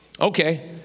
Okay